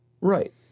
Right